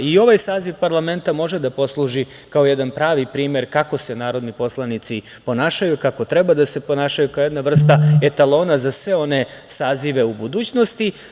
I ovaj saziv parlamenta može da posluži kao jedan pravi primer kako se narodni poslanici ponašaju, kako treba da se ponašaju, kao jedna vrsta etalona za sve one sazive u budućnosti.